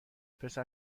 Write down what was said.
پسر